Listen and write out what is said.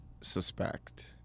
suspect